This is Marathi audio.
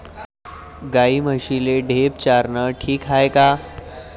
गाई म्हशीले ढेप चारनं ठीक हाये का?